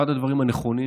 אחד הדברים הנכונים,